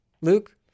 Luke